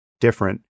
different